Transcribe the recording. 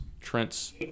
Trent's